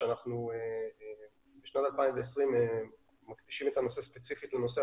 כשאנחנו בשנת 2020 מקדישים את הנושא ספציפית לנושא הפקס,